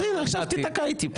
אז הינה, עכשיו תיתקע איתי פה.